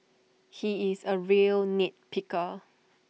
he is A real nit picker